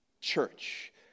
church